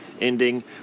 ending